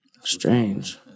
Strange